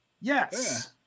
Yes